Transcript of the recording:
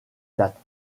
date